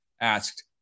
asked